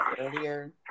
earlier